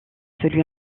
lui